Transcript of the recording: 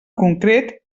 concret